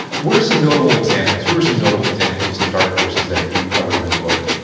what are some notable examples? who are some notable examples of some dark horses that you covered in the book?